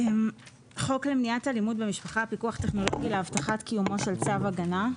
חוק למניעת אלימות במשפחה (פיקוח טכנולוגי להבטחת קיומו של צו הגנה,